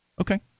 Okay